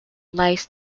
lies